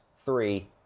three